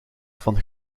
van